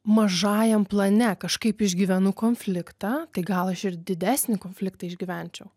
mažajam plane kažkaip išgyvenu konfliktą tai gal aš ir didesnį konfliktą išgyvenčiau